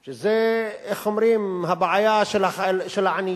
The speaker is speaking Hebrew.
שזה, איך אומרים, הבעיה של העניים.